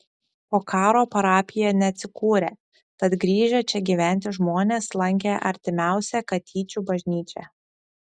po karo parapija neatsikūrė tad grįžę čia gyventi žmonės lankė artimiausią katyčių bažnyčią